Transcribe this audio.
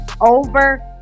over